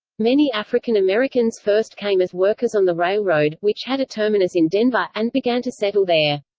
many african americans first came as workers on the railroad, which had a terminus in denver, and began to settle there.